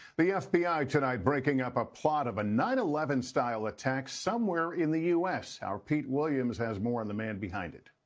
the yeah fbi tonight breaking up a plot of a nine eleven style attack somewhere in the u s our pete williams has more on the man behind it.